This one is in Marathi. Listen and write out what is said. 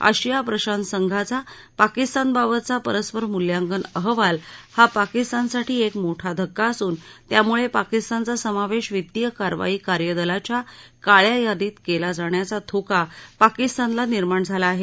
आशिया प्रशांत संघाचा पाकिस्तानबाबतचा परस्पर मूल्यांकन अहवाल हा पाकिस्तानसाठी एक मोठा धक्का असून त्यामुळे पाकिस्तानचा समावेश वित्तीय कारवाई कार्यदलाच्या काळ्यायादीत केला जाण्याचा धोका पाकिस्तानला निर्माण झाला आहे